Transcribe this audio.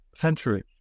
century